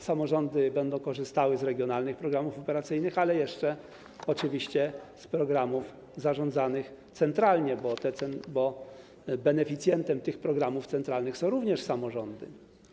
Samorządy będą korzystały nie tylko z regionalnych programów operacyjnych, ale jeszcze oczywiście z programów zarządzanych centralnie, bo beneficjentami tych programów centralnych są również samorządy.